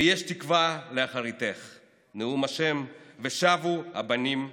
ויש תקוָה לאחריתך נאֻם ה' ושבו בנים לגבולם."